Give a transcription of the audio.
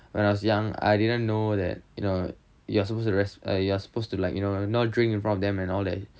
when I was young I didn't know that you know you're supposed to re~ uh you're supposed to like you know don't drink in front of them and all that